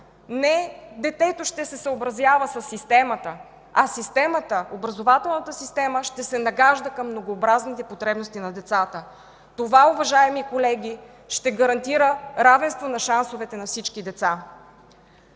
не детето ще се съобразява със системата, а образователната система ще се нагажда към многообразните потребности на децата. Това, уважаеми колеги, ще гарантира равенство на шансовете на всички деца.